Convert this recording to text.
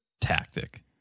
tactic